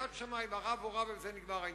יד שמים, הרב הורה ובזה נגמר העניין.